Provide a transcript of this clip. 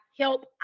help